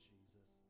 Jesus